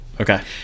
Okay